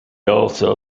also